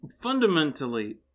Fundamentally